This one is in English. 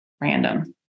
random